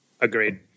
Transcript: Agreed